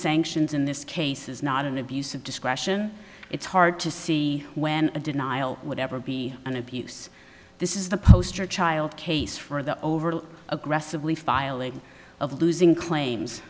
sanctions in this case is not an abuse of discretion it's hard to see when a denial would ever be an abuse this is the poster child case for the overly aggressively filing of losing claims